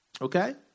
Okay